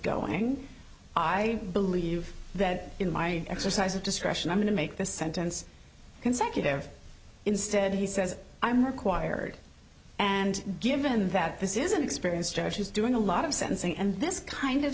going i believe that in my exercise of discretion i'm going to make the sentence consecutive instead he says i'm required and given that this is an experienced and she's doing a lot of sentencing and this kind of